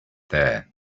there